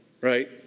Right